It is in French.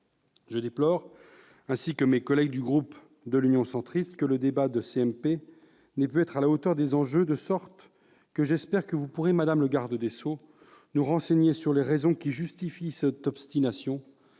Je déplore, ainsi que mes collègues du groupe de l'Union Centriste, que le débat lors de la commission mixte paritaire n'ait pu être à la hauteur des enjeux, de sorte que j'espère que vous pourrez, madame la garde des sceaux, nous renseigner sur les raisons justifiant cette obstination,